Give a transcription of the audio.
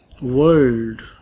world